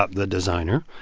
ah the designer,